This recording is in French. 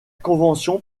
convention